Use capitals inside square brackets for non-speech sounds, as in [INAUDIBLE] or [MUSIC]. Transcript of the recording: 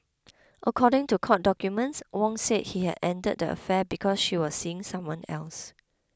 [NOISE] according to court documents Wong said he had ended the affair because she was seeing someone else